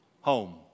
Home